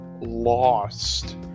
lost